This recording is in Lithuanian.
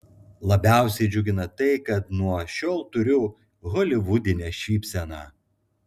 labiausiai džiugina tai kad nuo šiol turiu holivudinę šypseną